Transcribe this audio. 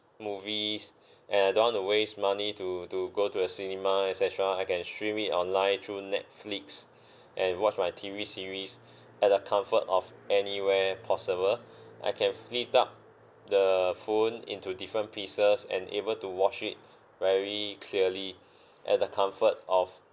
movies and I don't want to waste money to to go to the cinema et cetera I can stream it online through netflix and watch my T_V series at the comfort of anywhere possible I can flip up the phone into different pieces and able to watch it very clearly at the comfort of